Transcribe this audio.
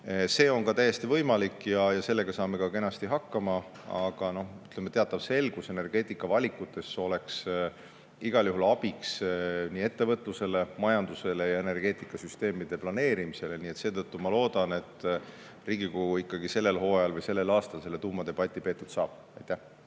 See on ka täiesti võimalik ja sellega saame kenasti hakkama. Aga teatav selgus energeetikavalikutes oleks igal juhul abiks nii ettevõtlusele, majandusele kui ka energeetikasüsteemide planeerimisele. Seetõttu ma loodan, et Riigikogu ikkagi sellel hooajal või sellel aastal saab selle tuumadebati peetud. Priit